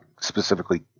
specifically